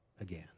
again